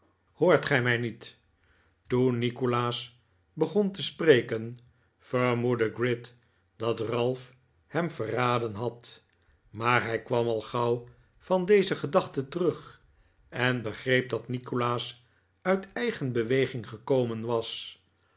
hoort gij mij niet toen nikolaas begon te spreken vermoedde gride dat ralph hem verraden had maar hij kwam al gauw van deze gedachte terug en begreep dat nikolaas uit eigen beweging gekomen was